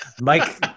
Mike